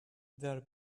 their